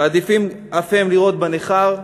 מעדיפים אף הם לרעות בנכר.